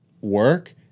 work